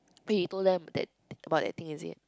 wait you told them that about that thing is it